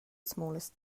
smallest